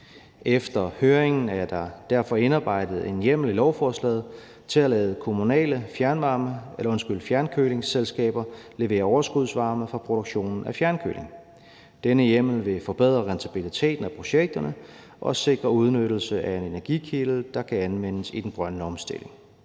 Efter høringen er der derfor indarbejdet en hjemmel i lovforslaget til at lade kommunale fjernkølingsselskaber levere overskudsvarme fra produktionen af fjernkøling. Denne hjemmel vil forbedre rentabiliteten af projekterne og sikre udnyttelse af en energikilde, der kan anvendes i den grønne omstilling.